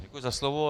Děkuji za slovo.